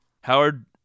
Howard